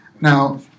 Now